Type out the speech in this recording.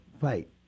fight